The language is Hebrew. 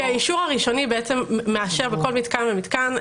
האישור הראשוני מאשר בכל מתקן ומתקן,